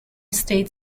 state